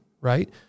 right